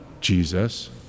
Jesus